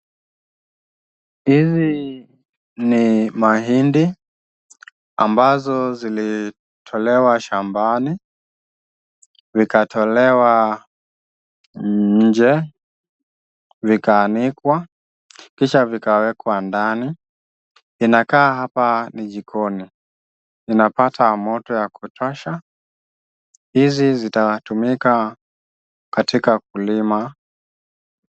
Haya ni mahindi ambayo yalitolewa shambani, yakatolewa nje, yakaanikwa, kisha yakawekwa ndani. Inakaa hapa ni jikoni, yanapata moto ya kutosha. Haya yatatumika katika ukulima.